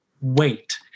wait